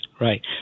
Right